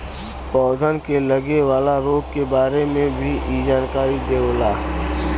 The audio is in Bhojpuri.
पौधन के लगे वाला रोग के बारे में भी इ जानकारी देवला